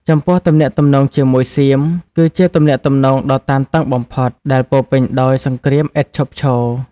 ចំពោះទំនាក់ទំនងជាមួយសៀម គឺជាទំនាក់ទំនងដ៏តានតឹងបំផុត ដែលពោរពេញដោយសង្គ្រាមឥតឈប់ឈរ។